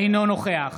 אינו נוכח